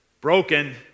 broken